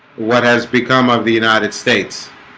what has become of the united states